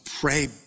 pray